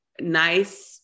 nice